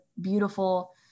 beautiful